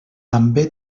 també